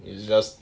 it's just